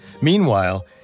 Meanwhile